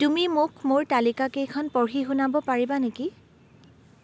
তুমি মোক মোৰ তালিকাকেইখন পঢ়ি শুনাব পাৰিবা নেকি